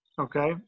Okay